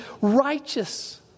righteous